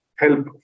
help